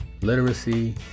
literacy